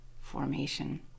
formation